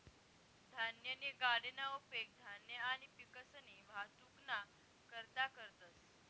धान्यनी गाडीना उपेग धान्य आणि पिकसनी वाहतुकना करता करतंस